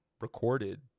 recorded